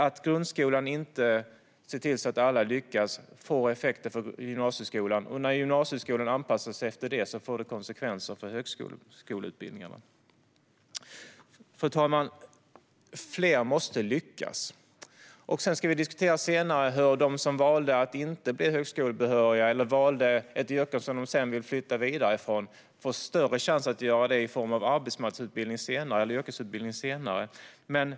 Att grundskolan inte ser till så att alla lyckas får effekter för gymnasieskolan, och när gymnasieskolan anpassar sig efter detta får det konsekvenser för högskoleutbildningarna. Fru talman! Fler måste lyckas. Längre fram ska vi diskutera hur de som valde att inte bli högskolebehöriga eller som valde ett yrke som de sedan vill flytta vidare från får större chans i form av arbetsmarknadsutbildning eller yrkesutbildning.